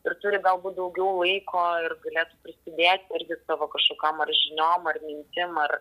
ir turi galbūt daugiau laiko ir galėtų prisidėt irgi savo kažkokiom ar žiniom ar mintim ar